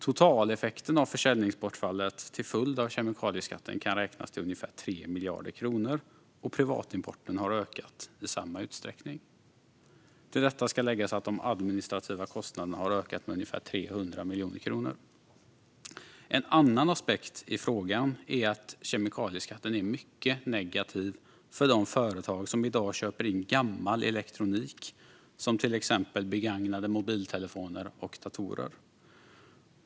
Totaleffekten av försäljningsbortfallet till följd av kemikalieskatten kan räknas ihop till ungefär 3 miljarder kronor, och privatimporten har ökat i samma utsträckning. Till detta ska tilläggas att de administrativa kostnaderna har ökat med ungefär 300 miljoner kronor. En annan aspekt i frågan är att kemikalieskatten är mycket negativ för de företag som i dag köper in gammal elektronik som till exempel begagnade mobiltelefoner och datorer.